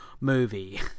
movie